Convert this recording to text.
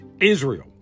Israel